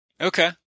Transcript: Okay